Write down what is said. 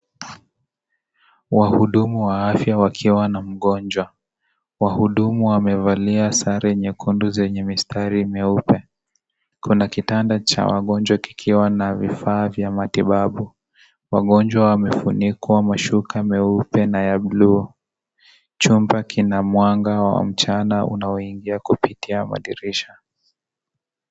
Wahudumu wa afya wakiwa na mgonjwa. Wahudumu wamevalia sare nyekundu zenye mistari mieupe. Kuna kitanda cha wagonjwa kikiwa na vifaa vya matibabu. Wagonjwa wamefunikwa mashuka meupe na ya buluu. Chumba kina mwanga wa mchana unaoingia kupitia madirisha.